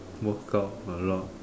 workout a lot